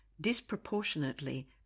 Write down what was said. disproportionately